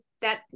that-